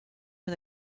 for